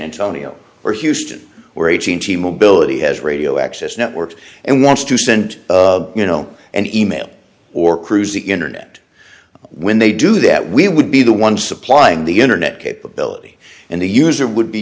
antonio or houston or a change he mobility has radio access networks and wants to send you know and e mail or cruise the internet when they do that we would be the one supplying the internet capability and the user would be